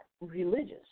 religious